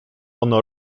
ono